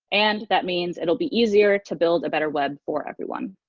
and that means it will be easier to build a better web for everyone.